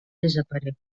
desaparegut